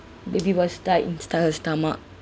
baby was died inside her stomach